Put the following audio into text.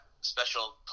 special